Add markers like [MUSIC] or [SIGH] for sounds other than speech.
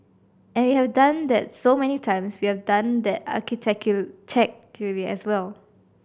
and we have done that so many times we have done that [UNINTELLIGIBLE] as well